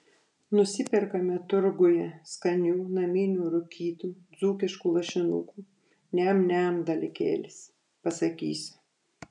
nusiperkame turguje skanių naminių rūkytų dzūkiškų lašinukų niam niam dalykėlis pasakysiu